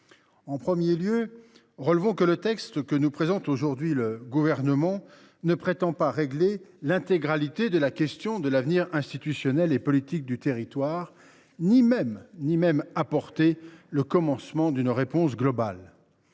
d’abord, relevons que le texte que nous présente aujourd’hui le Gouvernement ne prétend ni régler l’intégralité de la question de l’avenir institutionnel et politique du territoire ni même apporter le commencement d’une réponse globale.